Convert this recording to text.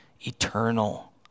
eternal